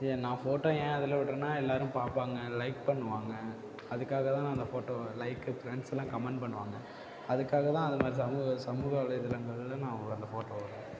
நான் ஃபோட்டோ ஏன் அதில் விடுறேன்னா எல்லோரும் பார்ப்பாங்க லைக் பண்ணுவாங்க அதுக்காக தான் நான் அந்த ஃபோட்டோவை லைக் ஃப்ரெண்ட்ஸுலாம் கமாண்ட் பண்ணுவாங்க அதுக்காக தான் அந்த சமூக சமூக வலைத்தளங்களில் நான் அந்த ஃபோட்டோ விட்றேன்